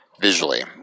visually